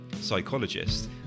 psychologist